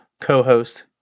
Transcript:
co-host